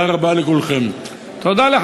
ולכן מה